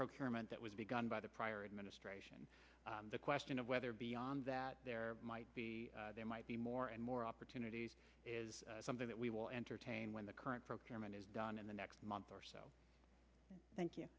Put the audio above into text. procurement that was begun by the prior administration the question of whether beyond that there might be there might be more and more opportunities is something that we will entertain when the current procurement is done in the next month or so thank you